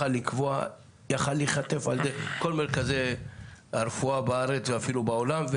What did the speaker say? יכול היה להיחטף על ידי כל מרכזי הרפואה בארץ ואפילו בעולם,